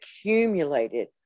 accumulated